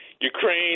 Ukraine